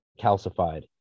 calcified